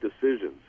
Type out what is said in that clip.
decisions